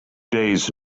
days